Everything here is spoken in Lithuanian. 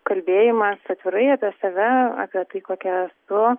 kalbėjimas atvirai apie save apie tai kokia esu